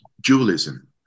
dualism